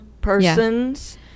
persons